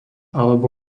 alebo